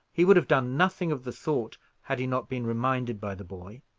he would have done nothing of the sort, had he not been reminded by the boy.